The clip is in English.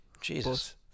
Jesus